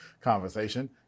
conversation